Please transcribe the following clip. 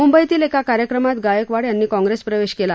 मंबईतील एका कार्यक्रमात गायकवाड यांनी काँग्रेस प्रवेश केला